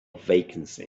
vacancy